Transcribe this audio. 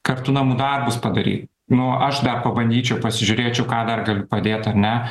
kartu namų darbus padaryt nu aš dar pabandyčiau pasižiūrėčiau ką dar galiu padėt ar ne